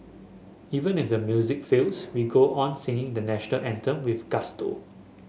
even if the music fails we go on singing the National Anthem with gusto